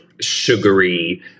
sugary